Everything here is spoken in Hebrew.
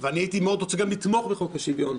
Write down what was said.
וגם הייתי רוצה מאוד לתמוך בחוק השוויון.